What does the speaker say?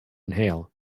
inhale